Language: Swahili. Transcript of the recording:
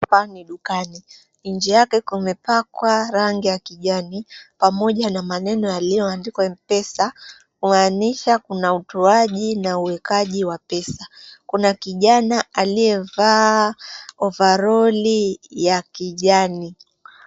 Hapa ni dukani. Nje yake kumepakwa rangi ya kijani pamoja na maneno yaliyoandikwa Mpesa. Kumaanisha kuna utoaji na uwekaji wa pesa. Kuna kijana aliyevaa ovaroli ya kijani.